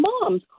moms